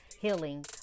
healing